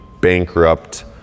bankrupt